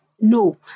no